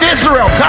Israel